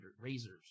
Razors